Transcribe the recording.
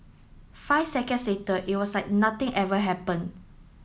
five seconds later it was like nothing ever happened